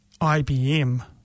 IBM